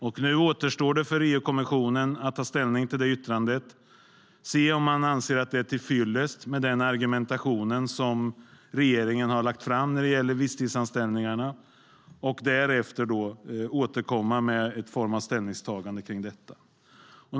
Nu återstår för EU-kommissionen att ta ställning till yttrandet och se om den argumentation som regeringen har lagt fram är till fyllest och att därefter komma med ett ställningstagande.